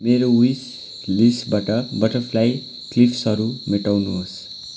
मेरो विस लिसबाट बट्टरफ्लाई क्लिपहरू मेटाउनुहोस्